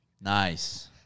Nice